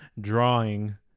drawing